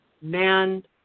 man